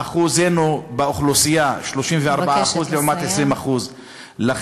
אחוזנו באוכלוסייה 34% לעומת 20%. אני מבקשת לסיים.